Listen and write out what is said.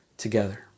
Together